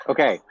Okay